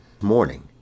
morning